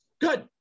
Good